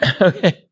okay